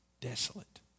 Desolate